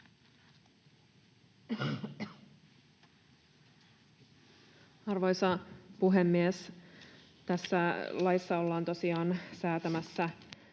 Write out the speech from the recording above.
Arvoisa puhemies! Tässä ollaan tosiaan säätämässä